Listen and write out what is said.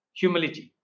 humility